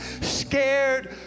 scared